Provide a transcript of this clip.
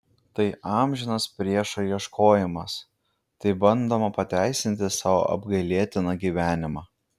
tai amžinas priešo ieškojimas taip bandoma pateisinti savo apgailėtiną gyvenimą